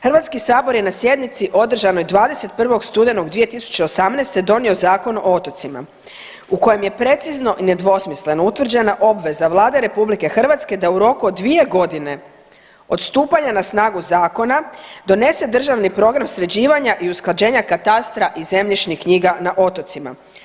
HS je na sjednici održanoj 21. studenog 2018. donio Zakon o otocima u kojem je precizno i nedvosmisleno utvrđena obveza Vlade RH da u roku od 2.g. od stupanja na snagu zakona donese državni program sređivanja i usklađenja katastra i zemljišnih knjiga na otocima.